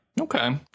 Okay